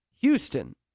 Houston